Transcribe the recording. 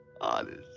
honest